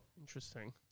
Interesting